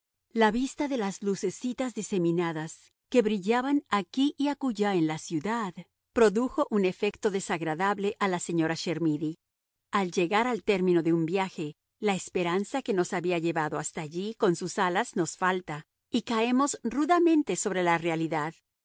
la vista de las lucecitas diseminadas que brillaban aquí y acullá en la ciudad produjo un efecto desagradable a la señora chermidy al llegar al término de un viaje la esperanza que nos había llevado hasta allí con sus alas nos falta y caemos rudamente sobre la realidad